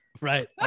right